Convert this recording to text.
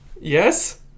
Yes